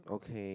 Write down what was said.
okay